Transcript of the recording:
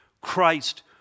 Christ